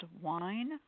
wine